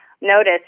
Notice